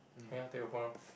ya take a point orh